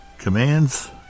Commands